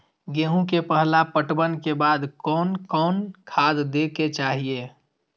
गेहूं के पहला पटवन के बाद कोन कौन खाद दे के चाहिए?